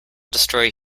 destroy